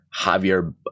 Javier